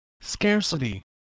Scarcity